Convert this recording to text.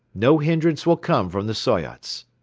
no hindrance will come from the soyots.